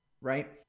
right